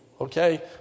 okay